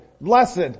blessed